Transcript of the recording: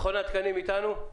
מכון התקנים אתנו?